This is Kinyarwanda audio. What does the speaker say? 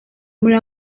muri